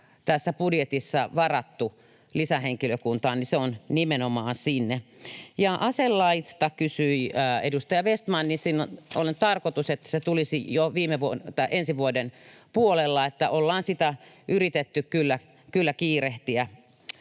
tässä budjetissa varattu lisähenkilökuntaan, on nimenomaan sinne. Aselaista kysyi edustaja Vestman. On tarkoitus, että se tulisi jo ensi vuoden puolella. Ollaan sitä yritetty kyllä kiirehtiä.